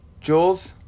Jules